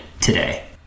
today